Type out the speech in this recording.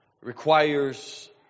requires